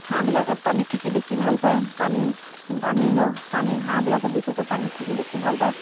হাঁহবিলাকে পানীত থাকি বেছি ভালপায় পানীত পানী লওঁ পানী হাঁহবিলাকে বিশেষকৈ পানীত থাকি বেছি ভালপায়